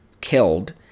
killed